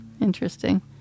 interesting